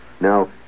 Now